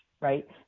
right